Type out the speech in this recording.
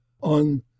on